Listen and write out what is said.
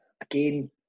Again